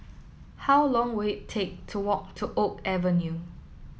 how long will it take to walk to Oak Avenue